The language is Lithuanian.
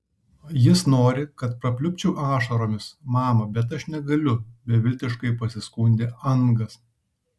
jis nori kad prapliupčiau ašaromis mama bet aš negaliu beviltiškai pasiskundė angas